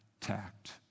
tact